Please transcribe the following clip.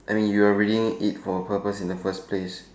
I mean you are reading it for a purpose in the first place